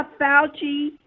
Fauci